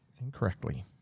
incorrectly